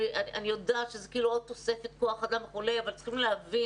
אני יודעת שזה עוד תוספת כוח אדם אבל צריכים להבין